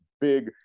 big